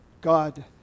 God